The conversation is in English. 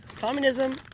Communism